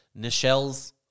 Nichelle's